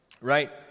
right